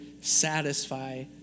satisfy